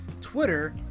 Twitter